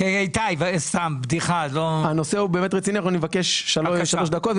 הוא באמת רציני ואני מבקש כמה דקות,